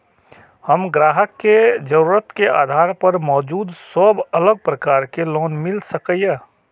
हम ग्राहक के जरुरत के आधार पर मौजूद सब अलग प्रकार के लोन मिल सकये?